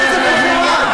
די, בחייאת רבאק.